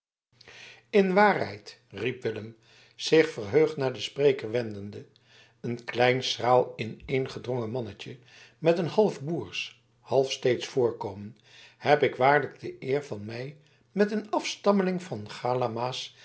in waarheid riep willem zich verheugd naar den spreker wendende een klein schraal ineengedrongen mannetje met een half boersch half steedsch voorkomen heb ik waarlijk de eer mij met een afstammeling der galamaas